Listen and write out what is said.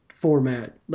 format